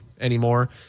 anymore